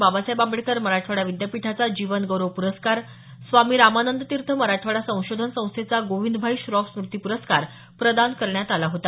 बाबासाहेब आंबेडकर मराठवाडा विद्यापीठाचा जीवन गौरव प्रस्कार स्वामी रामानंद तीर्थ मराठवाडा संशोधन संस्थेचा गोविंदभाई श्रॉफ स्मूती प्रस्कार प्रदान करण्यात आला होता